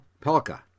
Pelka